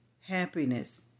happiness